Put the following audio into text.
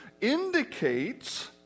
indicates